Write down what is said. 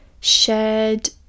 shared